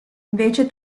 invece